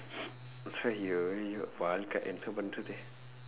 !aiyo! !aiyo! வாழ்க்கை என்ன பண்ணுறது:vaazhkkai enna pannurathu